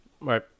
Right